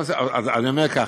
אני אומר כך,